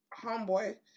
homeboy